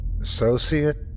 Associate